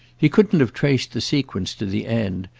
he couldn't have traced the sequence to the end,